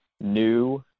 new